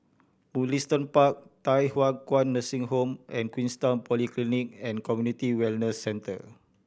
Mugliston Park Thye Hua Kwan Nursing Home and Queenstown Polyclinic and Community Wellness Centre